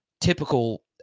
typical